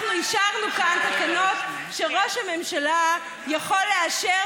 אנחנו אישרנו כאן תקנות שראש הממשלה יכול לאשר